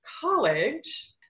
college